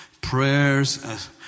prayers